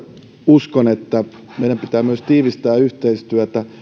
uskon että meidän pitää myös tiivistää yhteistyötä